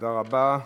תודה רבה.